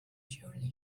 surly